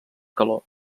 calor